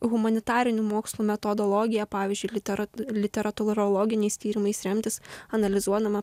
humanitarinių mokslų metodologija pavyzdžiui literatūra literatūrologiniais tyrimais remtis analizuodama